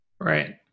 Right